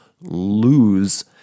lose